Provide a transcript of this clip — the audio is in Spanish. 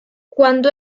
cuando